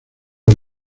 del